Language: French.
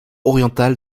oriental